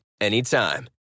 anytime